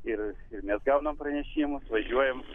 ir ir mes gaunam pranešimus važiuojam